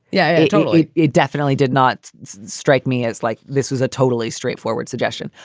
yeah, totally. it definitely did not strike me as like this was a totally straightforward suggestion.